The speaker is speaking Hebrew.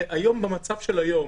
במצב של היום,